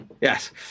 yes